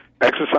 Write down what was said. exercise